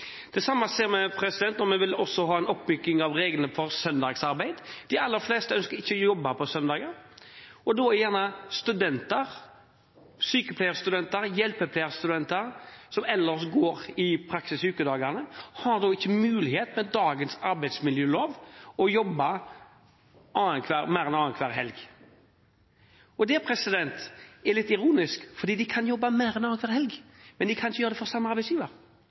Vi vil også ha en oppmyking av reglene for søndagsarbeid. De aller fleste ønsker ikke å jobbe på søndager – det er gjerne studenter som gjør det. Sykepleiestudenter og hjelpepleierstudenter, som ellers går i praksis på ukedagene, har med dagens arbeidsmiljølov ikke mulighet til å jobbe mer enn annenhver helg. Det er litt ironisk, for de kan jobbe mer enn annenhver helg, men de kan ikke gjøre det for samme arbeidsgiver.